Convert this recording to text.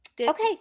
okay